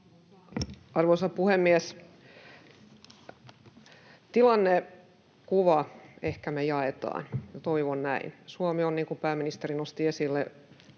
Arvoisa puhemies! Tilannekuva me ehkä jaetaan, toivon näin. Suomi on, niin kuin pääministeri nosti esille,